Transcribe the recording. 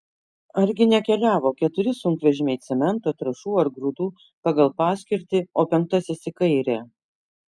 argi nekeliavo keturi sunkvežimiai cemento trąšų ar grūdų pagal paskirtį o penktasis į kairę